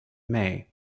may